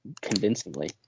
convincingly